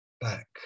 back